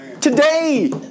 Today